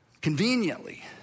conveniently